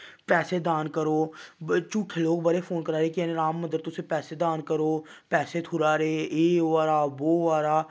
पैसे दान करो झूठे लोग बड़े फोन करा दे कि जानि राम मन्दर तुस पैसे दान करो पैसे थुड़ा दे एह् होआ दा वो होआ दा